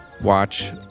watch